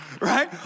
Right